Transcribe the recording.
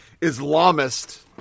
Islamist